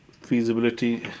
feasibility